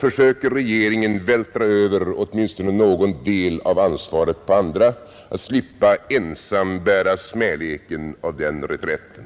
försöker regeringen vältra över åtminstone någon del av ansvaret på andra för att slippa ensam bära smäleken av den reträtten.